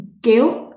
guilt